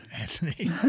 Anthony